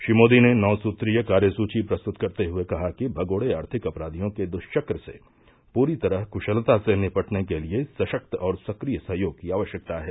श्री मोदी ने नौ सुत्रीय कार्यसुची प्रस्तुत करते हुए कहा कि मगोरे आर्थिक अपरावियों के दृष्क्र से पूरी तरह कशलता से निपटने के लिए सशक्त और सक्रिय सहयोग की आवश्यकता है